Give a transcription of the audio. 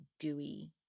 gooey